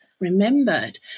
Remembered